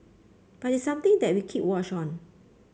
but it's something that we keep watch on